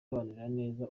neza